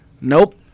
Nope